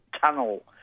tunnel